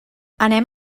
anem